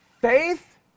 faith